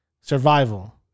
survival